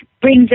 brings